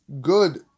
good